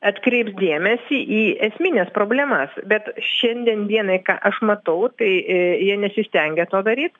atkreips dėmesį į esmines problemas bet šiandien dienai ką aš matau tai jie nesistengia to daryt